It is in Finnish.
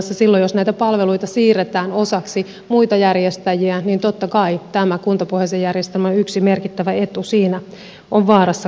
silloin jos näitä palveluita siirretään osaksi muita järjestäjiä niin totta kai tämä kuntapohjaisen järjestelmän yksi merkittävä etu siinä on vaarassa kadota